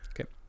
Okay